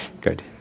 Good